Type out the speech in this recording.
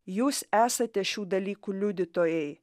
jūs esate šių dalykų liudytojai